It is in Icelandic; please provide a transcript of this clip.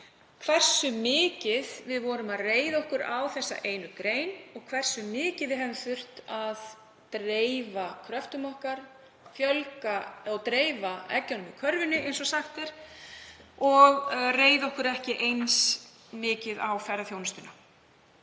hversu mikið við vorum að reiða okkur á þessa einu grein og hversu mikið við þurfum að dreifa kröftum okkar, fjölga eggjunum í körfunni, eins og sagt er, og reiða okkur ekki eins mikið á ferðaþjónustuna.